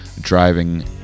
driving